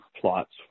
plots